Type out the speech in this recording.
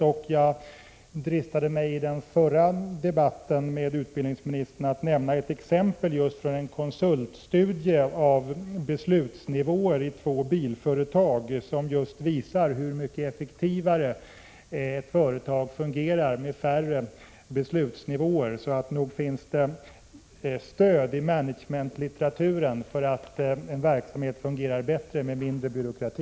Och jag dristade mig i den förra debatten med utbildningsministern att nämna ett exempel från en konsultstudie av beslutsnivåer i två bilföretag, som just visar hur mycket effektivare ett företag fungerar med färre beslutsnivåer, så nog finns det stöd i management-litteraturen för att en verksamhet fungerar bättre med mindre byråkrati.